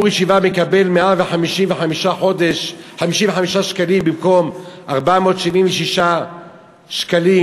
ישיבה מקבל 155 שקלים במקום 476 שקלים.